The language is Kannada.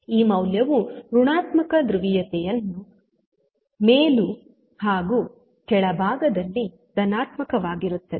ಈ ಮೌಲ್ಯವು ಋಣಾತ್ಮಕ ಧ್ರುವೀಯತೆಯನ್ನು ಮೇಲೂ ಹಾಗೂ ಕೆಳಭಾಗದಲ್ಲಿ ಧನಾತ್ಮಕವಾಗಿರುತ್ತದೆ